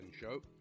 Show